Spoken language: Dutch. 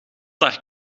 haar